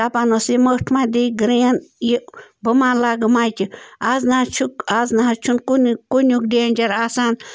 دَپان اوس یہِ مٔٹھ ما دی گرٛین یہِ بہٕ ما لَگہٕ مَچہِ آز نَہ حظ چھُ آز نَہ حظ چھُنہٕ کُنیُک کُنیُک ڈینجر آسان